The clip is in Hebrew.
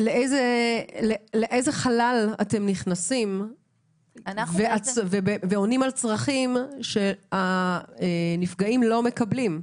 לאיזה חלל אתם נכנסים ועונים על צרכים שהנפגעים לא מקבלים?